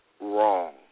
wrong